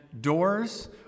doors